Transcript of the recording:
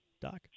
Doc